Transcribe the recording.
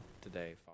today